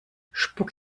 spuck